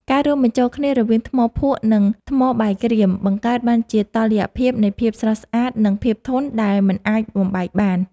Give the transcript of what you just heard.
ការរួមបញ្ចូលគ្នារវាងថ្មភក់ និង ថ្មបាយក្រៀមបង្កើតបានជាតុល្យភាពនៃភាពស្រស់ស្អាត និង ភាពធន់ដែលមិនអាចបំបែកបាន។